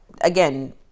Again